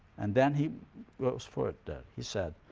and then he goes further. he said,